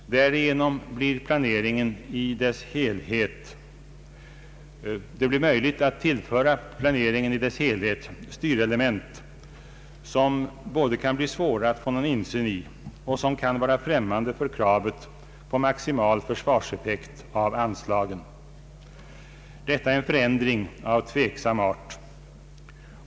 Därigenom blir det möjligt att tillföra planeringen i dess helhet styrelement som både kan bli svåra att få någon insyn i och kan vara främmande för kravet på maximal försvarseffekt av anslagen. Detta är en förändring av tveksam art.